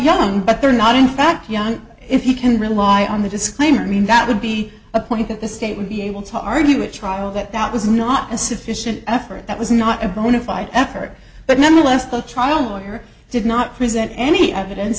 young but they're not in fact young if you can rely on the disclaimer i mean that would be a point that the state would be able to argue a trial of that that was not a sufficient effort that was not a bona fide effort but nonetheless the trial lawyer did not present any evidence